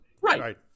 right